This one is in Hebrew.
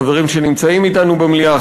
חברים שנמצאים אתנו במליאה,